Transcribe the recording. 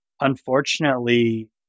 Unfortunately